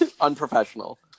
Unprofessional